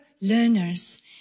learners